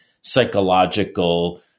psychological